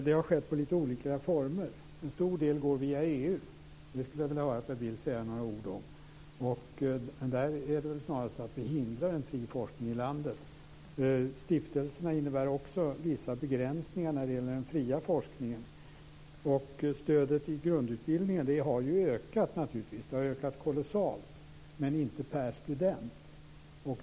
Det har skett i olika former. En stor del går via EU. Det skulle jag vilja höra Per Bill säga några ord om. Där är det väl snarast så att vi hindrar en fri forskning i landet. Stiftelserna innebär också vissa begränsningar när det gäller den fria forskningen. Stödet till grundutbildningen har ju ökat kolossalt, men inte per student.